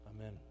amen